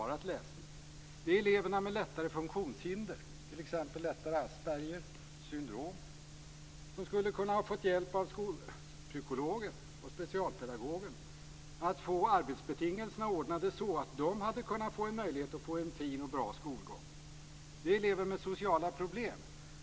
Det är eleverna med lättare funktionshinder, t.ex. lättare Aspbergers syndrom, som skulle kunna ha fått hjälp av skolpsykologen och specialpedagogen att få arbetsbetingelserna ordnade så att de hade kunnat få en möjlighet till en fin och bra skolgång. Det är eleverna med sociala problem.